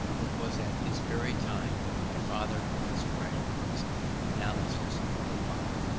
it was at this very time that my father commenced writing his analysis of the mind,